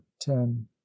ten